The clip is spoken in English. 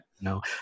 no